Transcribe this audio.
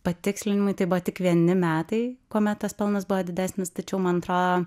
patikslinimai tai buvo tik vieni metai kuomet tas pelnas buvo didesnis tačiau man atrodo